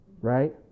right